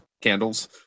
candles